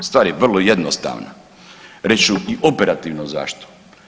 Stvar je vrlo jednostavno, reći ću i operativno zašto.